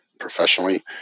professionally